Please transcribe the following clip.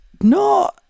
No